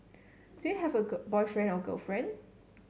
do you have a boyfriend or girlfriend